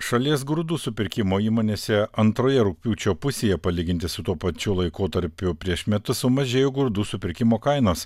šalies grūdų supirkimo įmonėse antroje rugpjūčio pusėje palyginti su tuo pačiu laikotarpiu prieš metus sumažėjo grūdų supirkimo kainos